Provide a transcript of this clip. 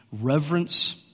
reverence